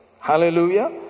Hallelujah